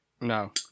No